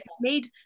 made